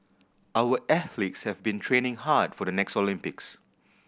our athletes have been training hard for the next Olympics